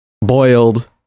boiled